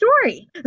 story